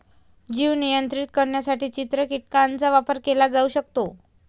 जीव नियंत्रित करण्यासाठी चित्र कीटकांचा वापर केला जाऊ शकतो